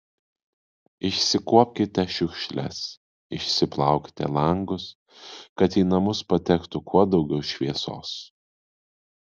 išsikuopkite šiukšles išsiplaukite langus kad į namus patektų kuo daugiau šviesos